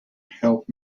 help